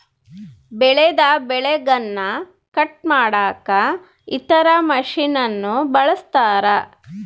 ಬೆಳೆದ ಬೆಳೆಗನ್ನ ಕಟ್ ಮಾಡಕ ಇತರ ಮಷಿನನ್ನು ಬಳಸ್ತಾರ